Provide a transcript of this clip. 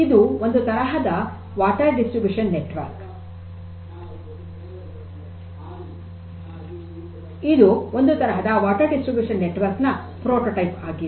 ಇದು ಒಂದು ತರಹದ ನೀರಿನ ವಿತರಣೆಯ ನೆಟ್ವರ್ಕ್ ನ ಪ್ರೊಟೋಟೈಪ್ ಆಗಿದೆ